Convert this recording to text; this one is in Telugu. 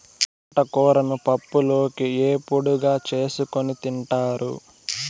తోటకూరను పప్పులోకి, ఏపుడుగా చేసుకోని తింటారు